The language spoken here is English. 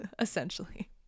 essentially